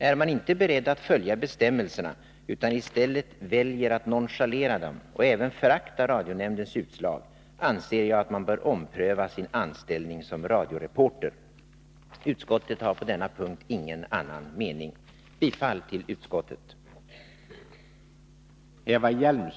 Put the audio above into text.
Är man inte beredd att följa bestämmelserna utan i stället väljer att nonchalera dem och även förakta radionämndens utslag anser jag att man bör ompröva sin anställning som radioreporter.” Utskottet har på denna punkt ingen annan mening. Jag yrkar bifall till utskottets hemställan.